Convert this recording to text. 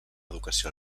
educació